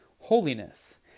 holiness